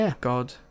God